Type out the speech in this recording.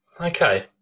Okay